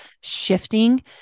shifting